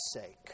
sake